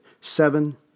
seven